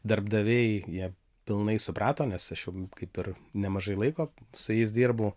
darbdaviai jie pilnai suprato nes aš jau kaip ir nemažai laiko su jais dirbu